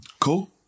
Cool